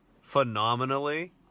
phenomenally